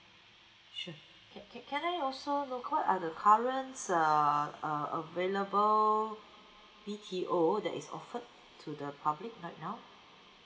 sure can can can I also look what are the currents err uh available B_T_O that is offered to the public right now